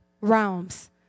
realms